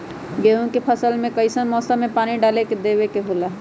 गेहूं के फसल में कइसन मौसम में पानी डालें देबे के होला?